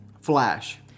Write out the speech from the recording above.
Flash